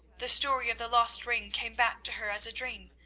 the story of the lost ring came back to her as a dream,